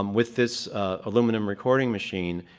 um with this aluminum recording machine.